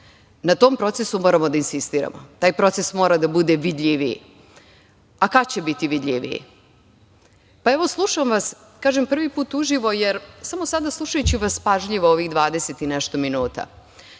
Na tom procesu moramo da insistiramo. Taj proces mora da bude vidljiviji. A kada će biti vidljiviji? Pa, evo, slušam vas, kažem prvi put uživo, jer samo sada slušajući vas pažljivo ovih dvadeset i nešto minuta,